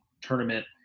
tournament